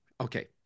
okay